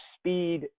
speed